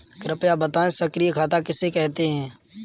कृपया बताएँ सक्रिय खाता किसे कहते हैं?